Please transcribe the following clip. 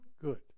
good